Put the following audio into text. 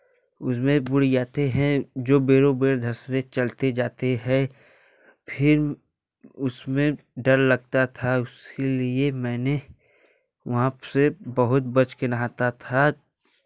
उसमें बुड़ जाते हैं जो बेरो बेर धँसने चलते जाते हैं फिर उसमें डर लगता था इसीलिए मैंने वहाँ से बहुत बच कर नहाता था